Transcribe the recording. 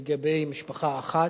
לגבי משפחה אחת.